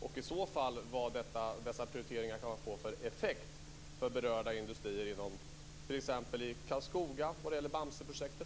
Och vilken effekt kan dessa prioriteringar i så fall få för berörda industrier, t.ex. för Karlskoga när det gäller Bamseprojektet?